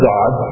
God